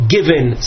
Given